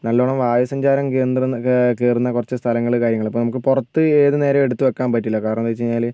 നല്ലവണ്ണം വായു സഞ്ചാരം കേന്ദ്രു കയറുന്ന കുറച്ച് സ്ഥലങ്ങൾ കാര്യങ്ങൾ നമുക്കപ്പോൾ പുറത്ത് ഏത് നേരവും എടുത്തുവയ്ക്കാൻ പറ്റില്ല കാരണമെന്താണ് വെച്ചുകഴിഞ്ഞാൽ